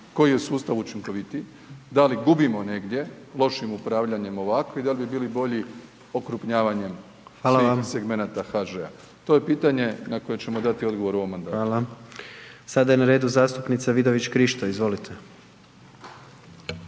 koji je sustav učinkovitiji, da li gubimo negdje lošim upravljanjem ovako i da li bi bili bolji okrupnjavanjem …/Upadica: Hvala vam./… svih segmenata HŽ-a. To je pitanje na koje ćemo dati odgovor u ovom mandatu. **Jandroković, Gordan (HDZ)** Hvala. Sada je na redu zastupnica Vidović Krišto. Izvolite.